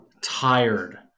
tired